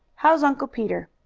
how's uncle peter?